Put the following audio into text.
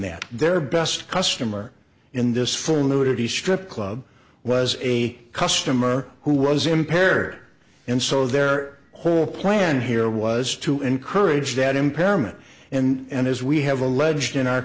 them their best customer in this fluidity strip club was a customer who was impaired and so their whole plan here was to encourage that impairment and as we have alleged in our